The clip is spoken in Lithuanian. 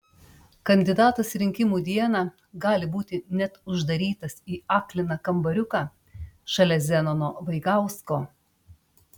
kandidatas rinkimų dieną gali būti net uždarytas į akliną kambariuką šalia zenono vaigausko